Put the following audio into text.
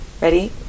Ready